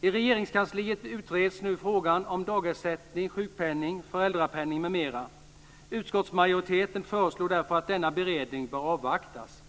I Regeringskansliet utreds nu frågan om dagersättning-sjukpenning, föräldrapenning m.m. Utskottsmajoriteten föreslår därför att denna beredning bör avvaktas.